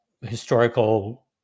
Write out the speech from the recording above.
historical